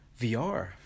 VR